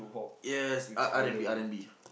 yes R R-and-B R-and-B